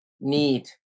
need